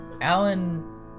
Alan